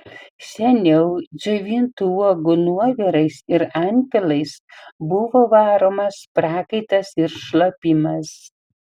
seniau džiovintų uogų nuovirais ir antpilais buvo varomas prakaitas ir šlapimas